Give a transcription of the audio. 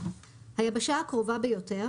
"היבשה הקרובה ביותר"